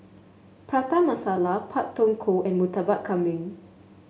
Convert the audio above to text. Prata Masala Pak Thong Ko and Murtabak Kambing